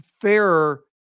fairer